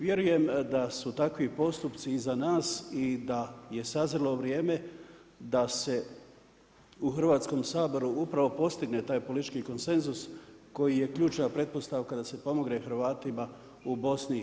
Vjerujem da su takvi postupci iza nas i da je sazrilo vrijeme da se u Hrvatskom saboru upravo postigne taj politički konsenzus koji je ključna pretpostavka da se pomogne Hrvatima u BIH.